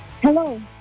Hello